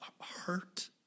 hurt